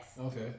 Okay